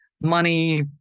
money